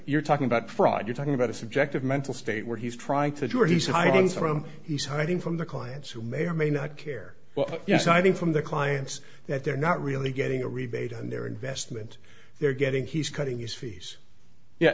you're talking about fraud you're talking about a subjective mental state where he's trying to do or he's a hired gun from he's hiding from the clients who may or may not care but yes i mean from the clients that they're not really getting a rebate on their investment they're getting he's cutting these fees yeah